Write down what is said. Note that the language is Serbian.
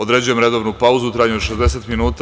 Određujem redovnu pauzu, u trajanju od 60 minuta.